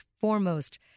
foremost